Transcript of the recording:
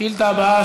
השאילתה הבאה,